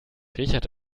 richard